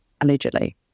Allegedly